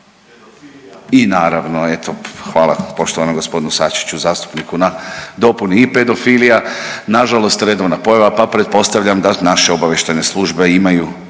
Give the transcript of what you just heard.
i naravno eto hvala poštovanom gospodinu Sačiću zastupniku na dopuni i pedofilija, nažalost redovna pojava pa pretpostavljam da naše obavještajne službe imaju